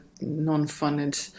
non-funded